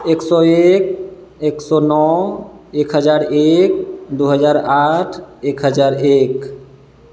एक सओ एक एक सओ नओ एक हजार एक दू हजार आठ एक हजार एक